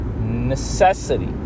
necessity